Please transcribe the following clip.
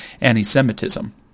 anti-Semitism